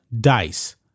dice